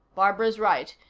barbara's right.